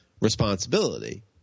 responsibility